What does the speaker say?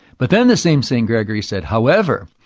but then this same st. gregory said, however,